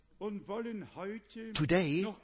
Today